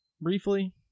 briefly